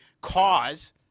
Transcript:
cause